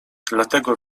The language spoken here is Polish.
dlatego